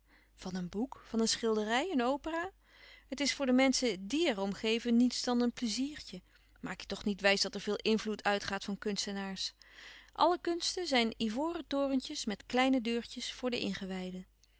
van een boek van een schilderij een opera het is voor de menschen diè er om geven niets dan een pleiziertje maak je toch niet wijs dat er veel invloed uitgaat van kunstenaars alle kunsten louis couperus van oude menschen de dingen die voorbij gaan zijn ivoren torentjes met kleine deurtjes voor de ingewijden